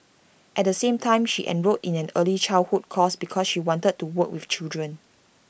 at the same time she enrolled in an early childhood course because she wanted to work with children